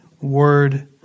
word